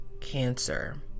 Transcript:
cancer